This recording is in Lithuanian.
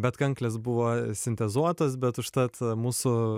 bet kanklės buvo sintezuotos bet užtat mūsų